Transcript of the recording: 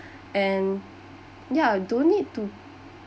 and yeah don't need to